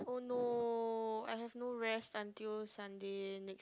oh no I have no rest until Sunday next